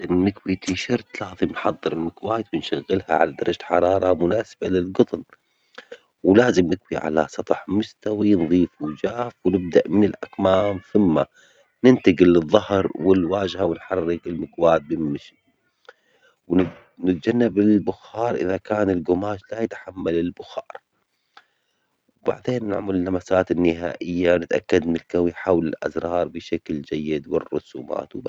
لنكوي تيشرت لازم نحضر مكواة ونشغلها على درجة حرارة مناسبة للقطن، ولازم نكوي على سطح مستوي نضيف وجاف، نبدأ من الأكمام ثم ننتجل للظهر والواجهة ونحرك المكواة بينمشي، ونتجنب البخار إذا كان الجماش لا يتحمل البخار، بعدين نعمل اللمسات النهائية، نتأكد من الكوي حول الأزرار بشكل جيد والرسومات و بس.